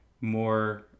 more